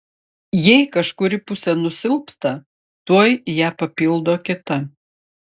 jei kažkuri pusė nusilpsta tuoj ją papildo kita